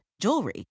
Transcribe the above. jewelry